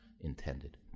intended